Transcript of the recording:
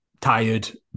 tired